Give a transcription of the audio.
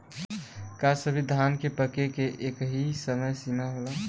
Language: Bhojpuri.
का सभी धान के पके के एकही समय सीमा होला?